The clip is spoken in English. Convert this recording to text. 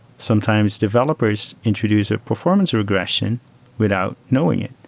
sometimes developers introduce a performance regression without knowing it.